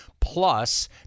Plus